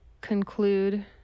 conclude